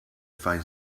find